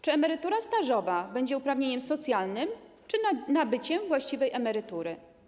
Czy emerytura stażowa będzie uprawnieniem socjalnym, czy nabyciem właściwej emerytury?